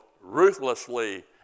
ruthlessly